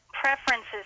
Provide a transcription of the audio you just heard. preferences